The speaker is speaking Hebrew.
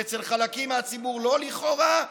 ואצל חלקים מהציבור לא לכאורה,